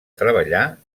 treballar